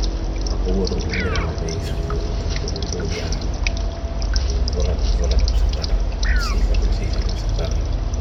akwodum andiram abeyi surutu uldum do dihala voladu voladu sapata sikadu sikadu sapata